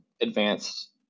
advanced